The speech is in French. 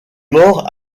mort